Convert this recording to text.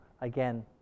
again